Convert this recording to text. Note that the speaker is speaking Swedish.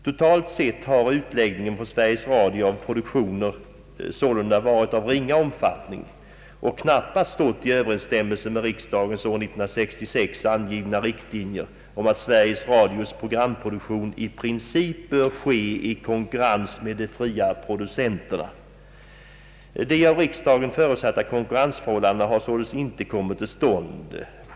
Totalt sett har sålunda utläggning av produktion från Sveriges Radio varit av ringa omfattning och knappast stått i överensstämmelse med riksdagens år 1966 angivna riktlinjer att Sveriges Radios programproduktion i princip bör ske i konkurrens med de fria producenterna. De av riksdagen förutsatta konkurrensförhållandena har således inte kommit till stånd.